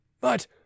But